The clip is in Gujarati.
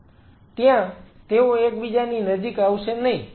ત્યાં તેઓ એકબીજાની નજીક આવશે નહીં